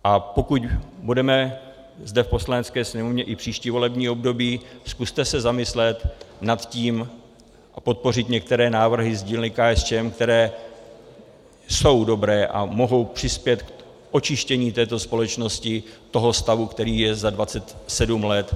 A pokud budeme zde v Poslanecké sněmovně i příští volební období, zkuste se zamyslet nad tím a podpořit některé návrhy z dílny KSČM, které jsou dobré a mohou přispět k očištění této společnosti, toho stavu, který je tu za 27 let.